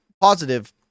positive